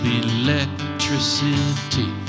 electricity